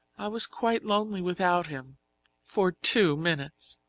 i was quite lonely without him for two minutes.